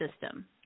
system